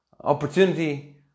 opportunity